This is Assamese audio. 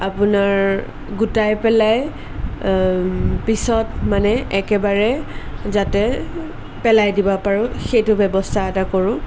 আপোনাৰ গোটাই পেলাই পিছত মানে একেবাৰে যাতে পেলাই দিব পাৰোঁ সেইটো ব্যৱস্থা এটা কৰোঁ